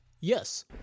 Yes